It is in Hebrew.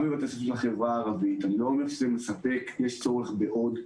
אני לא אומר שזה מספק, יש צורך בעוד.